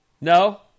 No